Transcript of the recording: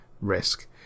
risk